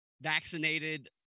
vaccinated